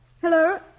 Hello